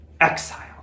exile